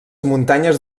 muntanyes